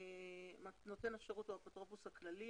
נותן השירות הוא האפוטרופוס הכללי,